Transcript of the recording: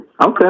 Okay